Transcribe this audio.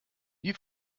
wie